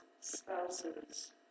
spouses